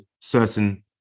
certain